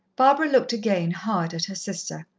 barbara looked again hard at her sister.